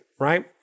Right